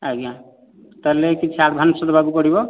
ଆଜ୍ଞା ତା'ହେଲେ କିଛି ଆଡ଼ଭାନ୍ସ ଦେବାକୁ ପଡ଼ିବ